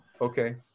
Okay